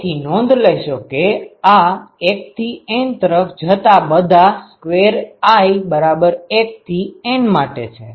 તેથી નોંધ લેશો કે આ 1 થી N તરફ જતા બધા ⩝i1 થી N માટે છે